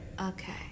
Okay